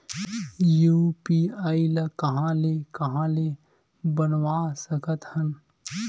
UPI ल कहां ले कहां ले बनवा सकत हन?